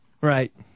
Right